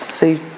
see